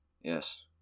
Yes